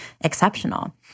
exceptional